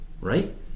right